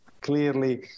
clearly